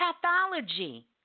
pathology